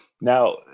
Now